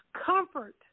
comfort